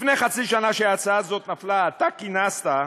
לפני חצי שנה, כשההצעה הזאת נפלה, אתה כינסת,